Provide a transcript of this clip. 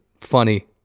Funny